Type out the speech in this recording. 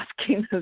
asking